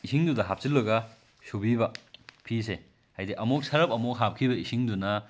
ꯏꯁꯤꯡꯗꯨꯗ ꯍꯥꯞꯆꯤꯜꯂꯒ ꯁꯨꯕꯤꯕ ꯐꯤꯁꯦ ꯍꯥꯏꯗꯤ ꯑꯃꯨꯛ ꯁꯔꯞ ꯑꯃꯨꯛ ꯍꯥꯞꯈꯤꯕ ꯏꯁꯤꯡꯗꯨꯅ